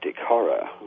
horror